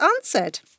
answered